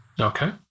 Okay